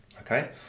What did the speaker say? Okay